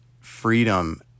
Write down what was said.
freedom